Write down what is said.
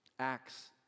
Acts